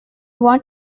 want